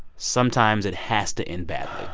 sometimes it has to end badly.